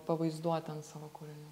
pavaizduoti ant savo kūrinių